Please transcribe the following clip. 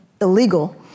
illegal